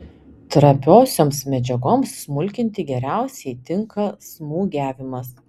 trapiosioms medžiagoms smulkinti geriausiai tinka smūgiavimas